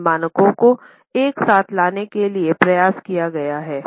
इन मानकों को एक साथ लाने के लिए प्रयास किया गया है